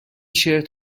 شرت